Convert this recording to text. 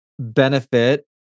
benefit